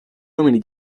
uomini